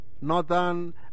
Northern